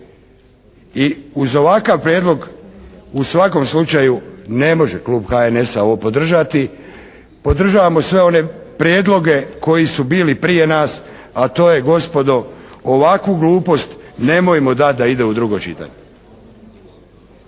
I uz ovakav prijedlogu u svakom slučaju ne može klub HNS-a ovo podržati. Podržavamo sve one prijedloge koji su bili prije nas, a to je gospodo ovakvu glupost nemojmo dati da ide u drugo čitanje.